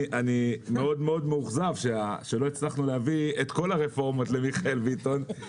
אני מאוד מאוד מאוכזב שלא הצלחנו להביא את כל הרפורמות למיכאל ביטון.